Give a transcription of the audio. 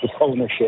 ownership